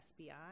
SBI